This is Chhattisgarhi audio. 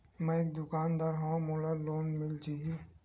मै एक दुकानदार हवय मोला लोन मिल जाही?